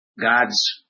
God's